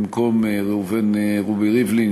במקום ראובן ריבלין,